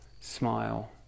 smile